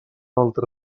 altre